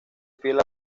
fiel